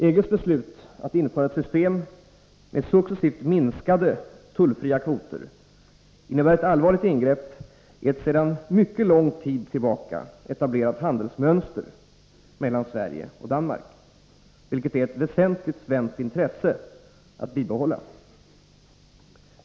EG:s beslut att införa ett system med successivt minskade tullfria kvoter innebär ett allvarligt ingrepp i ett sedan mycket lång tid tillbaka etablerat handelsmönster mellan Sverige och Danmark, vilket det är ett väsentligt svenskt intresse att bibehålla.